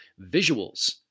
visuals